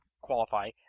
qualify